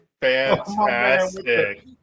fantastic